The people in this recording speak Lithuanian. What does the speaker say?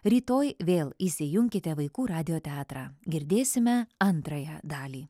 rytoj vėl įsijunkite vaikų radijo teatrą girdėsime antrąją dalį